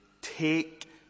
take